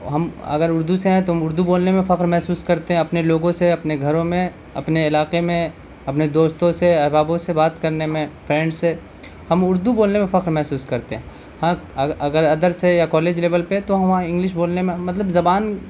ہم اگر اردو سے ہیں تو اردو بولنے میں فخر محسوس کرتے ہیں اپنے لوگوں سے اپنے گھروں میں اپنے علاقے میں اپنے دوستوں سے احبابوں سے بات کرنے میں فرینڈ سے ہم اردو بولنے میں فخر محسوس کرتے ہیں ہاں اگر ادرس ہے یا کالج لیول پہ ہے تو ہم وہاں انگلش بولنے میں مطلب زبان